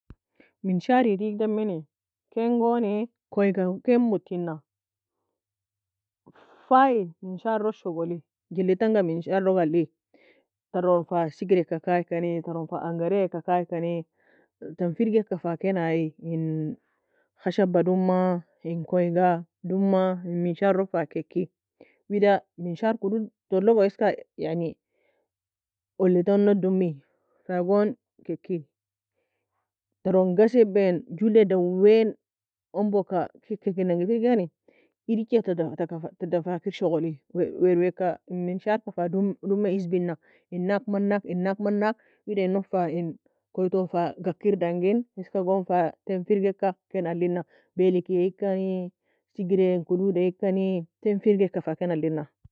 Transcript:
منشار deagda emani ken gon koiye ga ken mutina. Fayi منشار log shogoli, geli tanga منشار log alei taron fa Sigir ka kaye kani taron fa Angaray ka kaye kan. Ten firgae ka fa ken ali, خشب a douma in koiye ga douma منشار fa keki. Wida منشار kodud tologo eska yani. Uley tan log doumi fa goni keki. Taron ghasieben julle dawe en, umboo ka keki nan ga firgikani, Eid echai tadan fa kir shogoli wer wer ka in منشار fa douma eazbinah Inak man nak inak man nak wida in log fa. Koiye tou fa gakir dange, eska goni ten firgeka fa ken alina. Balikie ya ekani Sigire koduda ekan ten firgeka fa ken ali.